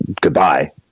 goodbye